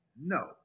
No